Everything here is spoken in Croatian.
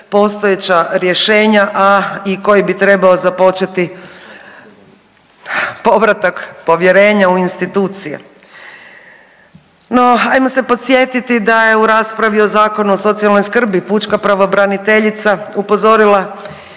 postojeća rješenja, a i koji bi trebao započeti povratak povjerenja u institucije. No ajmo se podsjetiti da je u raspravi o Zakonu o socijalnoj skrbi pučka pravobraniteljica upozorila